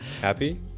happy